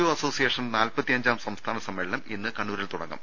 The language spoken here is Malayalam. ഒ അസോസിയേഷൻ നാൽപ്പത്തി അഞ്ചാം സംസ്ഥാന സമ്മേളനം ഇന്ന് കണ്ണൂരിൽ തുടങ്ങും